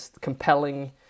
compelling